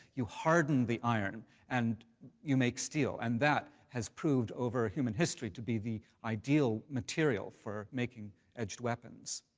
you harden the iron and you make steel, and that has proved over human history to be the ideal material for making edged weapons.